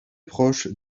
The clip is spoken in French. proches